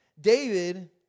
David